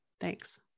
Thanks